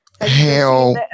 Hell